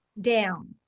down